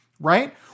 right